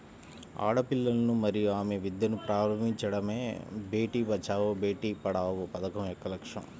ఆడపిల్లలను మరియు ఆమె విద్యను ప్రారంభించడమే బేటీ బచావో బేటి పడావో పథకం యొక్క లక్ష్యం